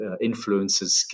influences